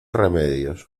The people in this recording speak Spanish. remedios